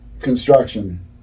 construction